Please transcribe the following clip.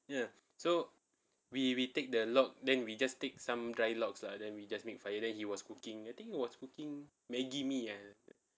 ya so we we take the log then we just take some dry logs lah then we just make fire then he was cooking I think he was cooking Maggie mee ah